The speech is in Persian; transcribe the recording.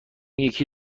یکی